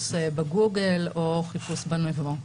בגוגל, או חיפוש בנבו.